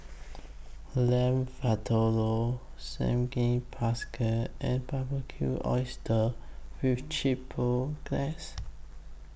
Lamb Vindaloo and Barbecued Oysters with Chipotle Glaze